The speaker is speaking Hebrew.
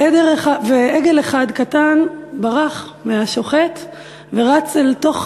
ועגל אחד קטן ברח מהשוחט ורץ אל תוך